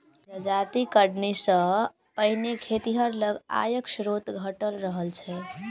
जजाति कटनी सॅ पहिने खेतिहर लग आयक स्रोत घटल रहल छै